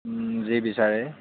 যি বিচাৰে